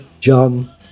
John